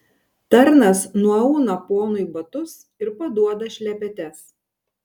tarnas nuauna ponui batus ir paduoda šlepetes